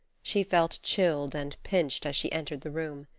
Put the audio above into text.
she felt chilled and pinched as she entered the room.